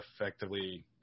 effectively